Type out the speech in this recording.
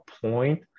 point